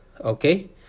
Okay